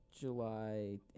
July